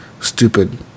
stupid